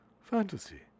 Fantasy